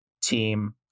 team